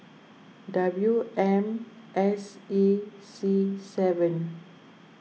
W M S E C seven